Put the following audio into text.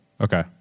Okay